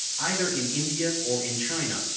either in india or in china,